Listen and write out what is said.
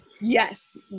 yes